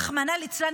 רחמנא ליצלן,